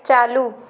چالو